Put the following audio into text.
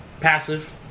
Passive